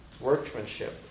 workmanship